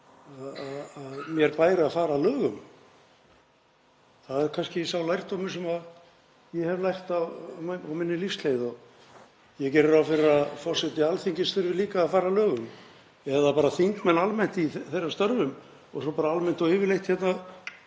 að mér bæri að fara að lögum. Það er kannski sá lærdómur sem ég hef lært á minni lífsleið og ég geri ráð fyrir að forseti Alþingis þurfi líka að fara að lögum, eða bara þingmenn almennt í sínum störfum og svo almennt og yfirleitt úti